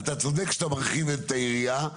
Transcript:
אתה צודק שאתה מרחיב את העירייה,